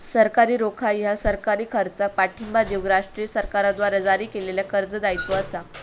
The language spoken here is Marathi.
सरकारी रोखा ह्या सरकारी खर्चाक पाठिंबा देऊक राष्ट्रीय सरकारद्वारा जारी केलेल्या कर्ज दायित्व असा